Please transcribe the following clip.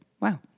Wow